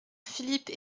philippe